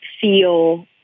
feel